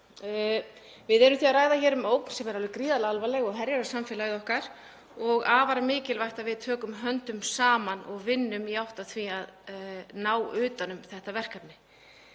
Við erum því að ræða hér um ógn sem er alveg gríðarlega alvarleg og herjar á samfélagið okkar og afar mikilvægt að við tökum höndum saman og vinnum í átt að því að ná utan um þetta verkefni.